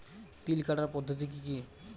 তিল কাটার পদ্ধতি কি কি?